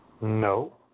No